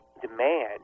demand